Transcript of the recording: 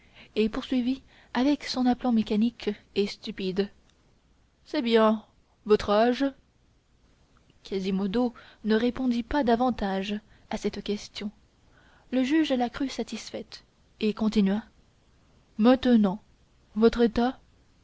et poursuivit avec son aplomb mécanique et stupide c'est bien votre âge quasimodo ne répondit pas davantage à cette question le juge la crut satisfaite et continua maintenant votre état